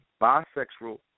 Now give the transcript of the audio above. bisexual